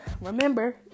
remember